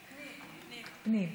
פנים.